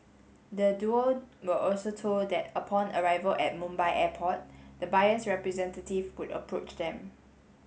the duo were also told that upon arrival at Mumbai Airport the buyer's representative would approach them